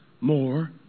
more